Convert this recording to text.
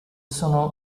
sono